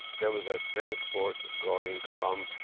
there was a transport going from